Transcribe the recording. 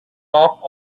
top